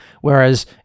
Whereas